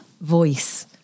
Voice